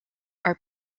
are